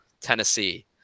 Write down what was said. Tennessee